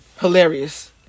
Hilarious